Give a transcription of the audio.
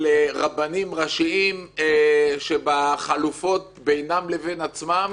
על רבנים ראשיים שבחלופות בינם לבין עצמם